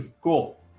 Cool